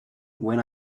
when